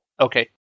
Okay